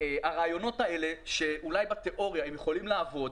הרעיונות האלה שאולי בתיאוריה יכולים לעבוד,